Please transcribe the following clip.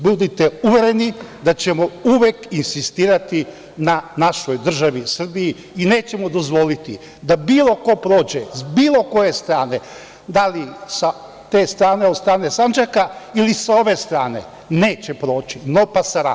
Budite uvereni da ćemo uvek insistirati na našoj državi Srbiji i nećemo dozvoliti da bilo ko prođe, s bilo koje strane, da li sa te strane od strane Sandžaka ili sa ove strane, neće proći, „no pasaran“